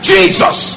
Jesus